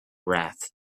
wrath